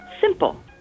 Simple